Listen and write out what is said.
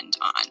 on